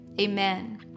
Amen